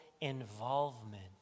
involvement